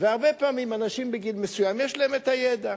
והרבה פעמים אנשים בגיל מסוים יש להם הידע.